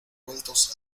vueltos